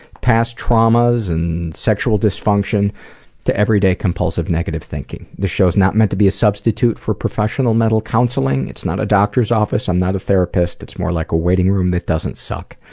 past traumas and sexual dysfunction to every day compulsive negative thinking. this show is not meant to be a substitute for professional mental counseling, it's not a doctor's office, i'm not a therapist, it's more like a waiting room that doesn't suck.